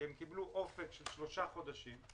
הן קיבלו אופק של שלושה חודשים.